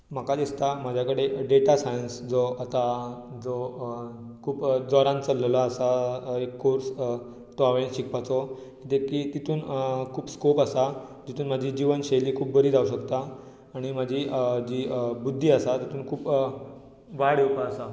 म्हाका दिसता म्हजेकडेन डेटा साएन्स जो आतां जो खूब जोरान चललेलो आसा एक कोर्स हांवें शिकपाचो कित्याक तितूंत खूब स्कॉप आसा तितूंत म्हाजी जिवन शैली खूब बरी जावपाक शकता आनी म्हाजी जी बुद्धी आसा तितूंत खूब वाड येवपाक आसा